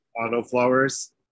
autoflowers